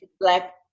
black